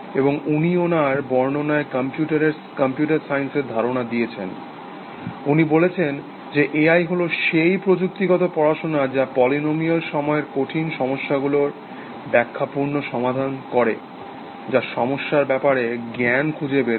এবং উনি ওনার বর্ণনায় কম্পিউটার সায়েন্সের ধারণা দিয়েছেন উনি বলেছেন যে এআই হল সেই প্রযুক্তিগত পড়াশোনা যা পলিনমিয়াল সময়ের কঠিন সমস্যাগুলোর ব্যাখ্যাপূর্ণ সমাধান করে যা সমস্যার ব্যাপারে জ্ঞাণ খুঁজে বের করে